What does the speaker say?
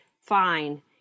fine